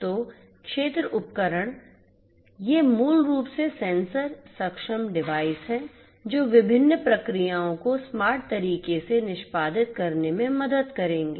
तो क्षेत्र उपकरण ये मूल रूप से सेंसर सक्षम डिवाइस हैं जो विभिन्न प्रक्रियाओं को स्मार्ट तरीके से निष्पादित करने में मदद करेंगे